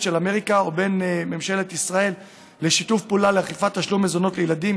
של אמריקה ובין ממשלת ישראל לשיתוף פעולה לאכיפת תשלום מזונות ילדים,